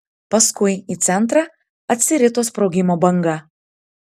paskui į centrą atsirito sprogimo banga